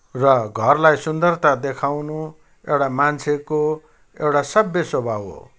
र घरलाई सुन्दरता देखाउनु एउटा मान्छेको एउटा सभ्य स्वभाव हो